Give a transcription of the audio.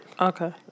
okay